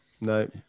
No